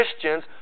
Christians